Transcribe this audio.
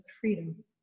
freedom